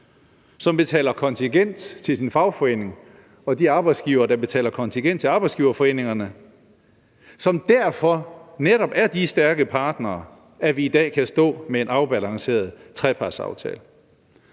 som betaler kontingent til fagforeningerne, og de arbejdsgivere, der betaler kontingent til arbejdsgiverforeningerne, som derfor netop er så stærke partnere, at vi i dag kan stå med en afbalanceret trepartsaftale.